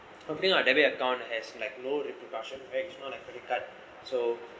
opening a debit account that has like no repercussion backs it's not like credit card so